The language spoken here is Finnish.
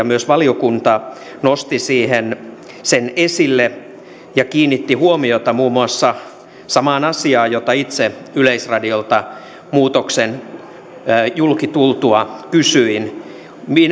myös valiokunta nosti sen esille ja kiinnitti huomiota muun muassa samaan asiaan jota itse yleisradiolta muutoksen julki tultua kysyin